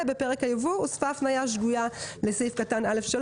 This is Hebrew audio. בפרק היבוא הוספה הפניה שגויה לסעיף קטן (א3).